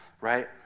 right